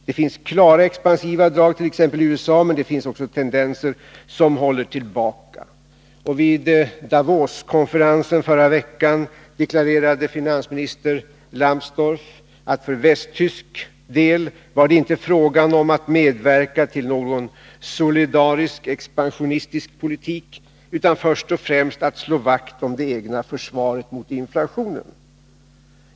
Det finns klara expansiva drag t.ex. i USA, men det finns också tendenser som håller tillbaka. Vid Davoskonferensen i förra veckan deklarerade finansminister Lambsdorff att för västtysk del var det inte fråga om att medverka till någon solidarisk expansionistisk politik utan först och främst att slå vakt om det egna försvaret mot inflationen.